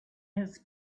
his